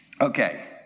Okay